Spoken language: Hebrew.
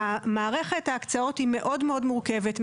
מערכת ההקצאות היא מאוד מורכבת,